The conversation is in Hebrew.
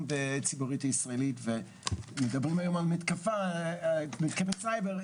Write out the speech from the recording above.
בציבוריות הישראלית ומדברים היום על מתקפת סייבר,